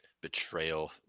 betrayal